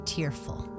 Tearful